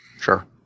Sure